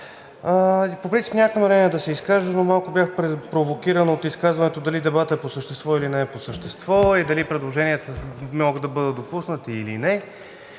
По принцип нямах намерение да се изкажа, но малко бях провокиран от изказването дали дебатът е по същество, или не е по същество и дали предложенията могат да бъдат допуснати или не.